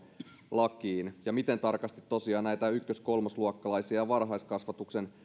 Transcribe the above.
lakiin ja miten tarkasti tosiaan näitä ykkös kolmosluokkalaisia ja varhaiskasvatukseen